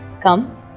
Come